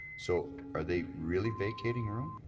so are they really vacating room?